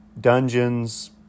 dungeons